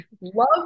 love